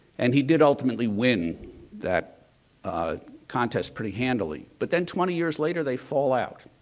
and he did ultimately win that ah contest pretty handily. but then, twenty years later they fall out.